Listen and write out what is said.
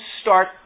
start